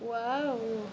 wow